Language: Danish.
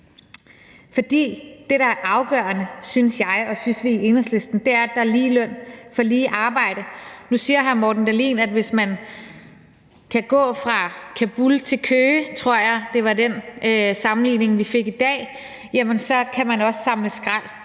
at det, der er afgørende, er, at der er lige løn for lige arbejde. Nu siger hr. Morten Dahlin, at hvis man kan gå fra Kabul til Køge – jeg tror, det var den sammenligning, vi fik i dag – kan man også samle skrald